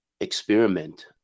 experiment